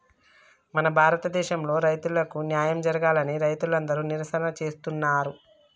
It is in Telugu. మన భారతదేసంలో రైతులకు న్యాయం జరగాలని రైతులందరు నిరసన చేస్తున్నరు